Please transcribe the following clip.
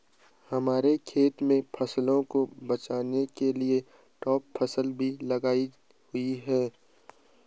हमारे खेत में फसलों को बचाने के लिए ट्रैप फसल भी लगाई हुई है